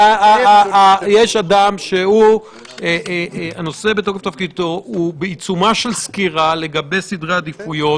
יש אדם שבתוקף תפקידו הוא בעיצומה של סקירה לגבי סדרי העדיפויות,